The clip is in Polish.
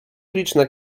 liczne